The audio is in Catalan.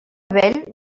vell